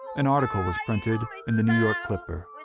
an article was printed in the new york clipper.